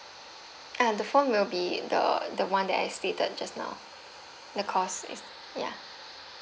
ah the phone will be the the one that I stated just now the cost is ya